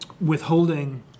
withholding